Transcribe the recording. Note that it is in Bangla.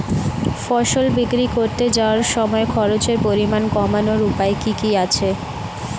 ফসল বিক্রি করতে যাওয়ার সময় খরচের পরিমাণ কমানোর উপায় কি কি আছে?